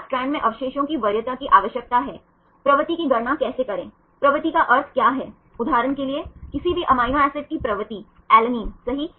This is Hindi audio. यदि आप यहां से यहां जाते हैं तो एक पूर्ण मोड़ पर इसमें 36 अवशेष हैं उदाहरण के लिए यदि आप देखते हैं कि यह 1 2 3 और 06 है सही